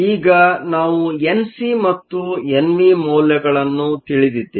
ಈಗ ನಾವು N C ಮತ್ತು ಎನ್ ವಿ ಮೌಲ್ಯಗಳನ್ನು ತಿಳಿದಿದ್ದೇವೆ